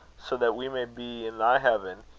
so that we may be in thy heaven,